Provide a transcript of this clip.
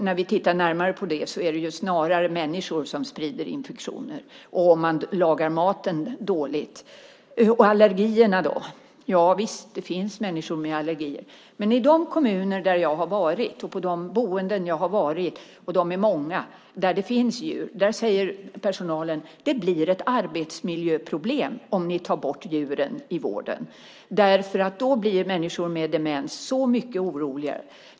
När vi tittar närmare på det är det snarare människor som sprider infektioner om man lagar maten dåligt. Allergierna då? Javisst, det finns människor med allergier. Men i de kommuner där jag har varit och på de boenden jag har varit - de är många - där det finns djur säger personalen att det blir ett arbetsmiljöproblem om man tar bort djuren i vården. Då blir människor med demens så mycket oroligare.